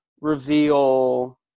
reveal